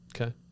Okay